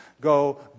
Go